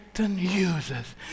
uses